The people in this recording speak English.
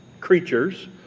Creatures